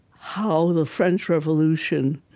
how the french revolution